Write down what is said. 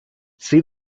see